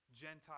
Gentile